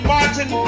Martin